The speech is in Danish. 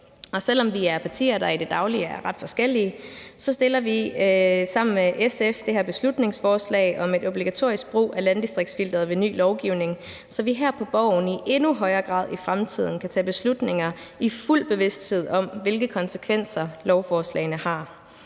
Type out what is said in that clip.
og selv om vi er partier, der i det daglige er ret forskellige, fremsætter vi sammen med SF det her beslutningsforslag om en obligatorisk brug af landdistriktsfilteret ved ny lovgivning, så vi her på Borgen i fremtiden i endnu højere grad kan tage beslutninger i fuld bevidsthed om, hvilke konsekvenser lovforslagene har.